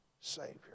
Savior